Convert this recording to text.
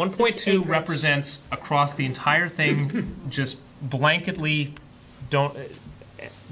one point two represents across the entire thing just blanket we don't